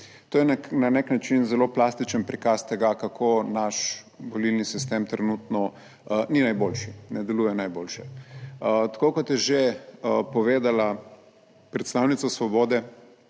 To je na nek način zelo plastičen prikaz tega kako naš volilni sistem trenutno ni najboljši, ne deluje najboljše. Tako kot je že povedala predstavnica Svobode,